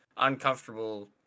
uncomfortable